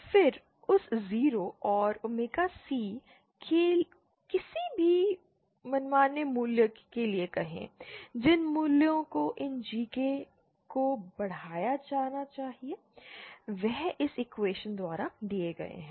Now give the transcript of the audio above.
फिर उस 0 और ओमेगा C के किसी भी मनमाने मूल्य के लिए कहें जिन मूल्यों को इन GK को बढ़ाया जाना चाहिए वे इस इक्वेशन द्वारा दिए गए हैं